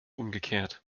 umgekehrt